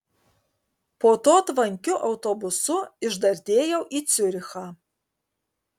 po to tvankiu autobusu išdardėjau į ciurichą